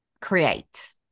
create